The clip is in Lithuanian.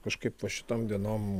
kažkaip va šitom dienom